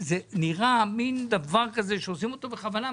זה נראה דבר כזה שעושים אותו בכוונה.